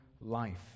life